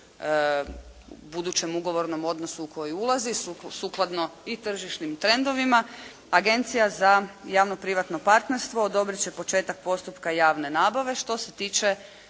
budućem ugovornom odnosu u koji ulazi sukladno i tržišnim trendovima Agencija za javno privatno partnerstvo odobrit će početak postupka javne nabave što se tiče